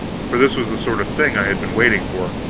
for this was the sort of thing i had been waiting for.